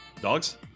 Dogs